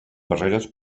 barreres